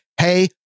Hey